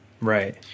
Right